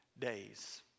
days